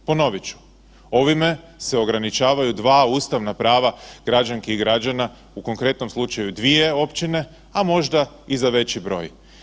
Ponovit ću, ovime se ograničavaju dva ustavna prava građanki i građana u konkretnom slučaju dvije općine, a možda i za veći broj.